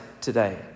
today